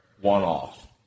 one-off